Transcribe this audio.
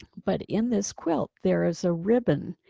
but in this quilt. there is a ribbon.